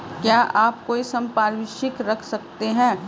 क्या आप कोई संपार्श्विक रख सकते हैं?